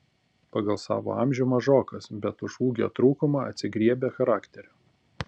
pagal savo amžių mažokas bet už ūgio trūkumą atsigriebia charakteriu